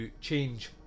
change